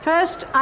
First